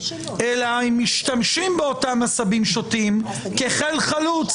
אלא שהם משתמשים באותם עשבים שוטים כחיל חלוץ.